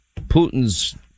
Putin's